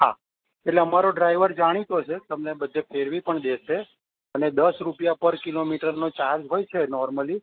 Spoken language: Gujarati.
હા એટલે અમારો ડ્રાઇવર જાણીતો છે તમને બધે ફેરવી પણ દેશે અને દસ રૂપિયા પર કિલોમીટરનો ચાર્જ હોય છે નોર્મલી